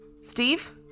Steve